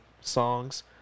songs